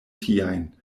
tiajn